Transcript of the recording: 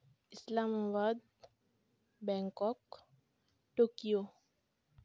Islamabad Bangkok Tokyo